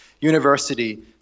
university